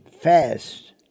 fast